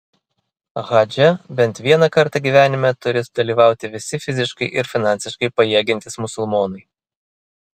hadže bent vieną kartą gyvenime turi dalyvauti visi fiziškai ir finansiškai pajėgiantys musulmonai